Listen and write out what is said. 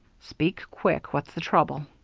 speak quick. what's the trouble?